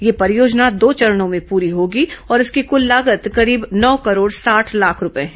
यह परियोजना दो चरणों भें पूरी होगी और इसकी कुल लागत करीब नौ करोड़ साठ लाख रूपए है